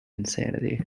insanity